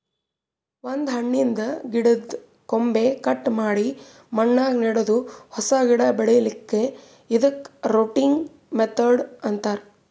ಒಂದ್ ಹಣ್ಣಿನ್ದ್ ಗಿಡದ್ದ್ ಕೊಂಬೆ ಕಟ್ ಮಾಡಿ ಮಣ್ಣಾಗ ನೆಡದು ಹೊಸ ಗಿಡ ಬೆಳಿಲಿಕ್ಕ್ ಇದಕ್ಕ್ ರೂಟಿಂಗ್ ಮೆಥಡ್ ಅಂತಾರ್